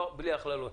בלי הכללות.